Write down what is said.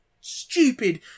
stupid